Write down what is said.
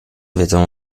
wiedzą